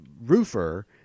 roofer